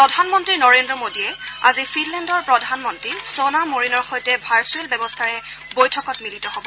প্ৰধানমন্ত্ৰী নৰেন্দ্ৰ মোদীয়ে আজি ফিনলেণ্ডৰ প্ৰধানমন্ত্ৰী ছনা মৰীনৰ সৈতে ভাৰ্চুৱেল ব্যৱস্থাৰে বৈঠকত মিলিত হব